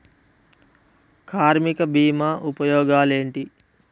కార్మిక బీమా ఉపయోగాలేంటి?